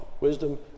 Wisdom